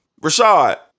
Rashad